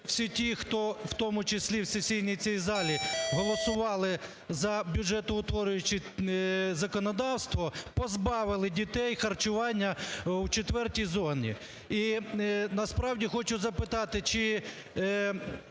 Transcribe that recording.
всі ті, хто в тому числі в сесійній цій залі голосували за бюджетоутворююче законодавство, позбавили дітей харчування у четвертій зоні. І, насправді, хочу запитати, чи